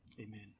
Amen